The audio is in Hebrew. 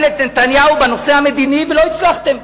את נתניהו בנושא המדיני ולא הצלחתם.